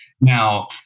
Now